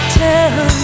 tell